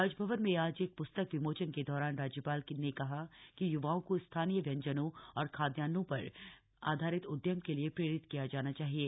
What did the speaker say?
राजभवन में आज एक प्स्तक विमोचन के दौरान राज्यपाल ने कहा कि य्वाओं को स्थानीय व्यंजनों और खाद्यान्नों पर आधारित उद्यम के लिए प्रेरित किया जाना चाहिये